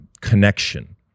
connection